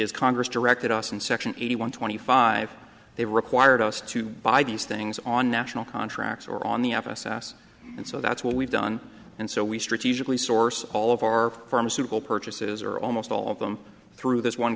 as congress directed us and section eighty one twenty five they required us to buy these things on national contracts or on the f s s and so that's what we've done and so we strategically source all of our pharmaceutical purchases or almost all of them through this one